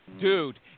dude